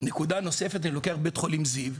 נקודה נוספת בית חולים זיו,